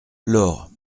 laure